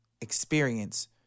experience